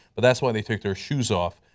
but that is why they took their shoes off,